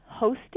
hosted